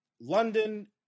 London